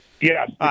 Yes